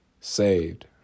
saved